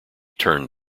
turned